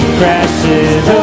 crashes